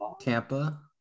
Tampa